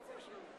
בבקשה לקום.